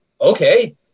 Okay